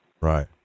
Right